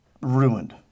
ruined